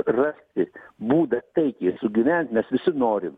rasti būdą taikiai sugyvent nes visi norim